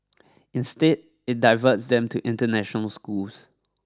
instead it diverts them to international schools